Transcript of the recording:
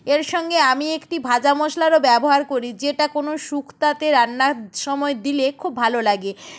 এর সঙ্গে আমি একটি ভাজা মশলারও ব্যবহার করি যেটা কোনও শুক্তোতে রান্নার সময় দিলে খুব ভালো লাগে